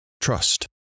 trust